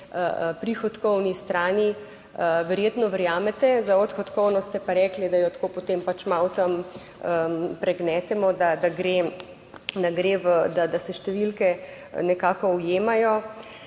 prihodkovni strani verjetno verjamete. Za odhodkovno ste pa rekli, da jo tako potem pač malo tam pregnetemo da gre, da gre, da se številke nekako ujemajo.